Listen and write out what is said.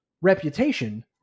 reputation